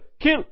Kill